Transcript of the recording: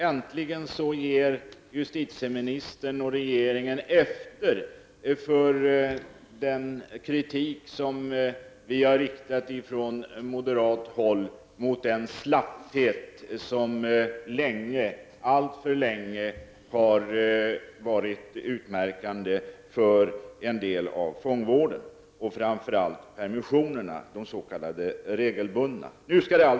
Äntligen ger justitieministern och regeringen efter för den kritik som vi från moderat håll har riktat mot den slapphet som alltför länge har varit utmärkande för en del av fångvården, och framför allt för de s.k. regelbundna permissionerna.